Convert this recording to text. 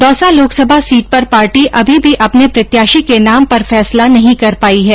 Dausa Lok Sabha seat पर party अभी भी अपने प्रत्याशी के नाम पर फैसला नहीं कर पायी है